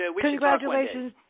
Congratulations